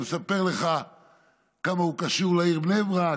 הוא היה מספר לך כמה הוא קשור לעיר בני ברק,